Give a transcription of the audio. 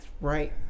right